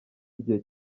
igihe